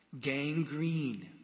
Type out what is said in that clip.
gangrene